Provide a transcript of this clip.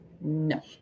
No